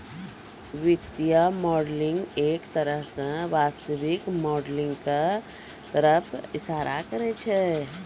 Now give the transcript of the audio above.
वित्तीय मॉडलिंग एक तरह स वास्तविक मॉडलिंग क तरफ इशारा करै छै